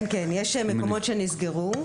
כן כן, יש מקומות שנסגרו.